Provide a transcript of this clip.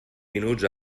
minuts